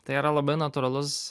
tai yra labai natūralus